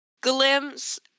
glimpse